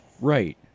Right